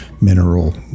mineral